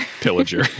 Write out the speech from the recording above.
Pillager